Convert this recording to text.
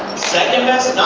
second, no